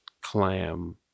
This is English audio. Clam